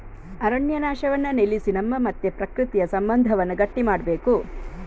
ಅರಣ್ಯ ನಾಶವನ್ನ ನಿಲ್ಲಿಸಿ ನಮ್ಮ ಮತ್ತೆ ಪ್ರಕೃತಿಯ ಸಂಬಂಧವನ್ನ ಗಟ್ಟಿ ಮಾಡ್ಬೇಕು